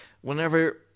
whenever